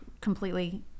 completely